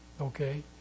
Okay